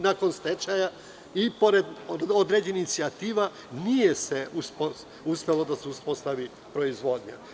Nakon stečaja, i pored određenih inicijativa, nije uspela da se uspostavi proizvodnja.